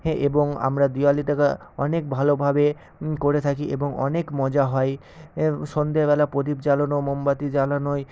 হ্যাঁ এবং আমরা দিওয়ালিতে অনেক ভালোভাবে করে থাকি এবং অনেক মজা হয় সন্ধেবেলা প্রদীপ জ্বালানো মোমবাতি জ্বালানোয়